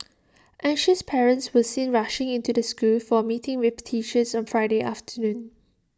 anxious parents were seen rushing into the school for A meeting with teachers on Friday afternoon